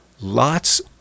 Lots